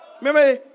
Remember